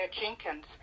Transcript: Jenkins